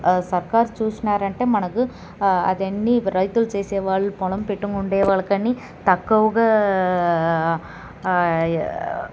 సర్కార్ చూసినారంటే మనకు అదన్ని రైతులు చేసేవాళ్లు పొలం పెట్టుకుండే వాళ్ళకని తక్కువుగా